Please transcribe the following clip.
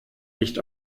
nicht